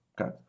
okay